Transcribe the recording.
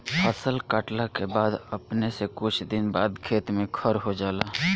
फसल काटला के बाद अपने से कुछ दिन बाद खेत में खर हो जाला